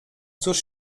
cóż